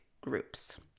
groups